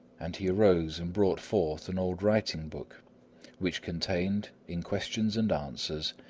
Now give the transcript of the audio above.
and he arose and brought forth an old writing-book which contained, in questions and answers,